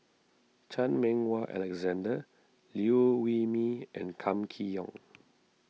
Chan Meng Wah Alexander Liew Wee Mee and Kam Kee Yong